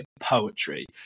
poetry